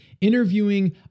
interviewing